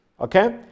Okay